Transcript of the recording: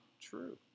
true